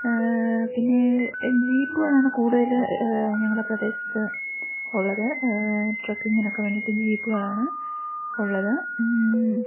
പിന്നെ ജീപ്പുകളാണ് കൂടുതൽ ഞങ്ങളെ പ്രദേശത്ത് ഉള്ളത് ട്രക്കിങ്ങിനൊക്കെ വേണ്ടിയിട്ട് ജീപ്പുകളാണ് ഉള്ളത്